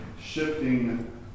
shifting